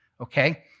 Okay